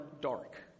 dark